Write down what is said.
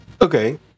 Okay